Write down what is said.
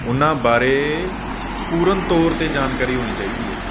ਉਹਨਾਂ ਬਾਰੇ ਪੂਰਨ ਤੌਰ 'ਤੇ ਜਾਣਕਾਰੀ ਹੋਣੀ ਚਾਹੀਦੀ ਹੈ